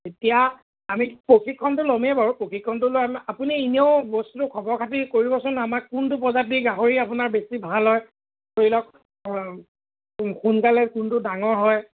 এতিয়া আমি প্ৰশিক্ষণটো ল'মেই বাৰু প্ৰশিক্ষণটো লৈ আপুনি এনেও বস্তু খবৰ খাতি কৰিবচোন আমাক কোনটো প্ৰজাতি গাহৰি আপোনাৰ বেছি ভাল হয় ধৰি লওক সোনকালে কোনটো ডাঙৰ হয়